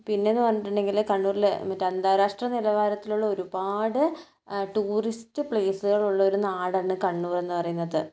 പിന്നെന്ന് പറഞ്ഞിട്ടുണ്ടെങ്കിൽ കണ്ണൂരിലെ മറ്റു അന്താരാഷ്ട്ര നിലവാരത്തിലുള്ള ഒരുപാട് ടൂറിസ്റ്റ് പ്ലേസുകളുള്ള ഒരു നാടാണ് കണ്ണൂർ എന്ന് പറയുന്നത്